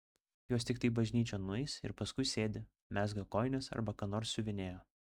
jos tiktai bažnyčion nueis ir paskui sėdi mezga kojines arba ką nors siuvinėja